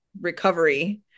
recovery